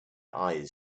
eyes